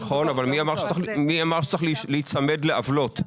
נכון, אבל מי אמר שצריך להיצמד לעוולות?